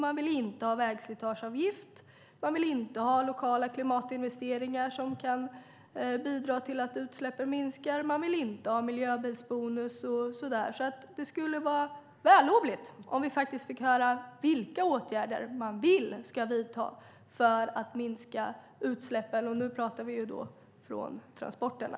Man vill inte ha vägslitageavgift, man vill inte ha lokala klimatinvesteringar som kan bidra till att utsläppen minskar, man vill inte ha miljöbilsbonus och så vidare. Det skulle vara vällovligt om vi fick höra vilka åtgärder man vill vidta för att minska utsläppen, och nu pratar vi om transporterna.